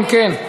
אם כן,